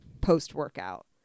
post-workout